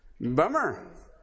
Bummer